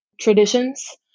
traditions